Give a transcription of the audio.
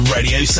Radio